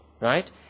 Right